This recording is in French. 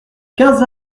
quinze